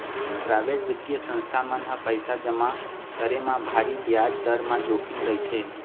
private बित्तीय संस्था मन म पइसा जमा करे म भारी बियाज दर म जोखिम रहिथे